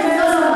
בניסיון,